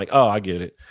like ah i get it.